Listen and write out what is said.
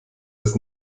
das